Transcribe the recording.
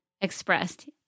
expressed